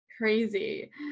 Crazy